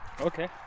okay